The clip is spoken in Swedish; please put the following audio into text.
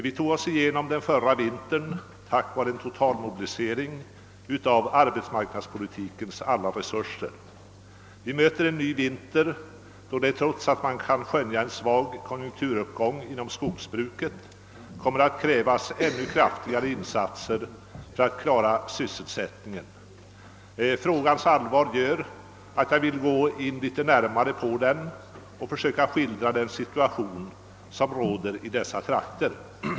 Vi tog oss igenom den förra vintern tack vare en totalmobilisering av arbetsmarknadspolitikens alla resurser. Vi möter en ny vinter då det, trots att man kan skönja en svag konjunkturuppgång inom skogsbruket, kommer att krävas ännu kraftigare insatser för att klara sysselsättningen. Frågans allvar gör att jag vill gå in litet närmare på den och försöka skildra den situation som råder i dessa trakter.